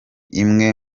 imwe